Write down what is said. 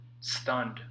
stunned